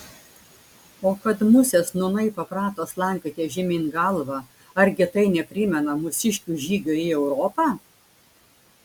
o kad musės nūnai paprato slankioti žemyn galva argi tai neprimena mūsiškių žygio į europą